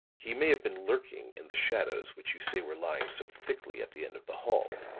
he may have been lurking in the shadows which you say were lying so thickly at the end of the hall.